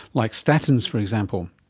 like statins, for example.